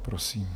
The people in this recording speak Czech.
Prosím.